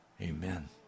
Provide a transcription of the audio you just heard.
Amen